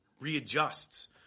readjusts